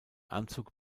anzug